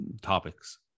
topics